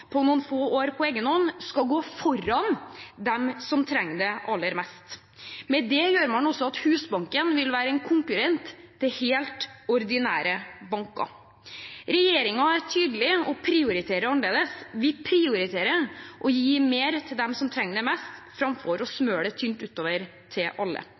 på noen få år, skal gå foran dem som trenger det aller mest. Med det gjør man Husbanken til en konkurrent til helt ordinære banker. Regjeringen er tydelig og prioriterer annerledes. Vi prioriterer å gi mer til dem som trenger det mest, framfor å smøre det tynt utover til alle.